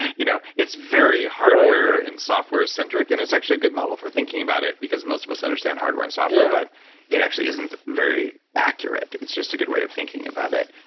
you know it's very hardware and software-centric and it's actually a good model for thinking about it because most of us understand hardware and software, but it actually isn't very accurate. it's just a good way of thinking about it.